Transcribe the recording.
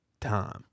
time